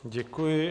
Děkuji.